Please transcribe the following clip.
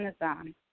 Amazon